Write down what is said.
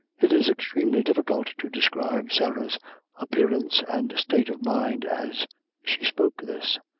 it is extremely difficult to describe sarah's appearance and state of mind as she spoke this.